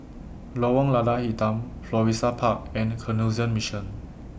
Lorong Lada Hitam Florissa Park and Canossian Mission